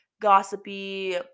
gossipy